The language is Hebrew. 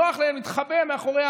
ונוח להם להתחבא מאחורי,